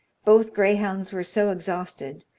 both greyhounds were so exhausted,